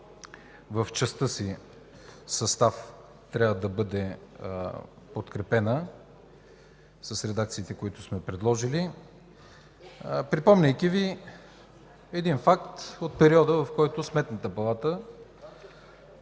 в частта „Състав” трябва да бъде подкрепен с редакциите, които сме предложили, припомняйки Ви факт от периода, в който Сметната палата се